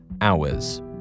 hours